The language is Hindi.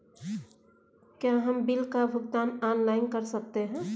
क्या हम बिल का भुगतान ऑनलाइन कर सकते हैं?